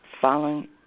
following